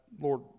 Lord